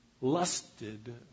lusted